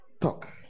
Talk